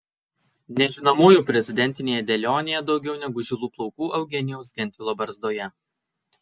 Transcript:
nežinomųjų prezidentinėje dėlionėje daugiau negu žilų plaukų eugenijaus gentvilo barzdoje